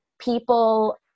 people